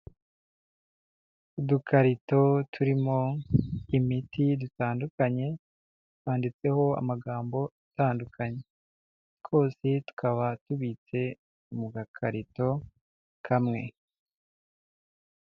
Udukarito turimo imiti dutandukanye handitseho amagambo atandukanye, twose tukaba tubitse mu gakarito kamwe.